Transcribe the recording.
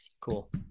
Cool